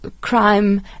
crime